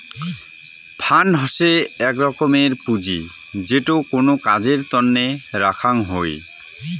fund হসে এক ধরনের পুঁজি যেটো কোনো কাজের তন্নে রাখ্যাং হই